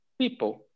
people